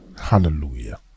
Hallelujah